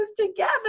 together